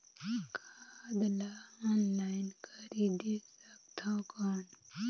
खाद ला ऑनलाइन खरीदे सकथव कौन?